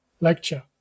lecture